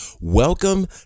Welcome